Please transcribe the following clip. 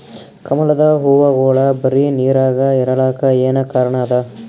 ಕಮಲದ ಹೂವಾಗೋಳ ಬರೀ ನೀರಾಗ ಇರಲಾಕ ಏನ ಕಾರಣ ಅದಾ?